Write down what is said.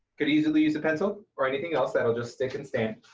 could easily use a pencil or anything else that'll just stick and stand.